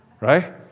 right